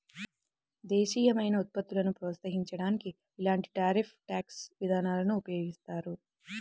దేశీయమైన ఉత్పత్తులను ప్రోత్సహించడానికి ఇలాంటి టారిఫ్ ట్యాక్స్ విధానాలను ఉపయోగిస్తారు